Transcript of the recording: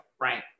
right